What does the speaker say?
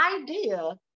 idea